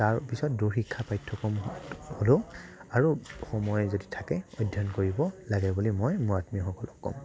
তাৰপিছত দূৰশিক্ষা পাঠ্যক্ৰমত হ'লও আৰু সময় যদি থাকে অধ্যয়ন কৰি ব লাগে বুলি মই মোৰ আত্মীয়সকলক কওঁ